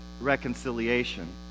reconciliation